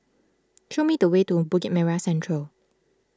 show me the way to Bukit Merah Central